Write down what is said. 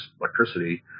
electricity